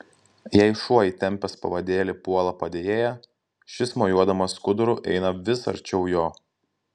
jei šuo įtempęs pavadėlį puola padėjėją šis mojuodamas skuduru eina vis arčiau jo